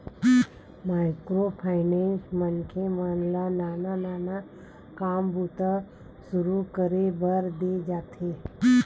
micro finance मनखे मन ल नान नान काम बूता सुरू करे बर देय जाथे